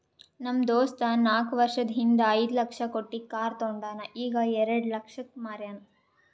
ನಮ್ ದೋಸ್ತ ನಾಕ್ ವರ್ಷದ ಹಿಂದ್ ಐಯ್ದ ಲಕ್ಷ ಕೊಟ್ಟಿ ಕಾರ್ ತೊಂಡಾನ ಈಗ ಎರೆಡ ಲಕ್ಷಕ್ ಮಾರ್ಯಾನ್